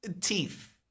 teeth